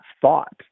thought